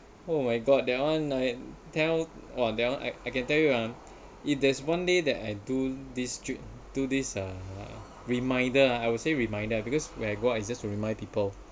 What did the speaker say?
oh my god that [one] I tell !wah! that one I can tell you ah if there's one day that I do this ju~ do this uh reminder ah I would say reminder because when I go I just to remind people